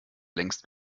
längst